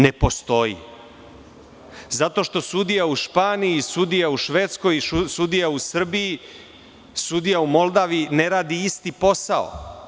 Ne postoji, zato što sudija u Španiji i sudija u Švedskoj i sudija u Srbiji, sudija u Moldaviji ne rade isti posao.